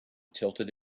tilted